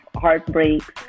heartbreaks